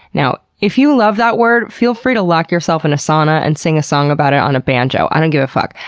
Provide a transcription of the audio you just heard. now if you love that word, feel free to lock yourself in a sauna and sing a song about it on a banjo i don't give a fuck.